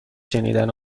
شنیدن